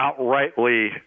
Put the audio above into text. outrightly